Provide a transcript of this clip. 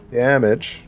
damage